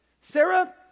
sarah